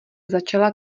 začala